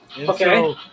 Okay